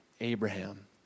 Abraham